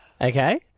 Okay